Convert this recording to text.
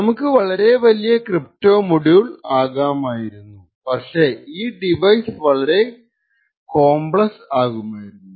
നമുക്ക് വളരെ വലിയ ക്രിപ്റ്റോ മൊഡ്യൂൾ ആകാമായിരുന്നു പക്ഷേ ഈ ഡിവൈസ് വളരെ കോംപ്ലക്സ് ആകുമായിരുന്നു